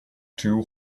two